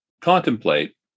contemplate